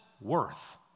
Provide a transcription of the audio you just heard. worth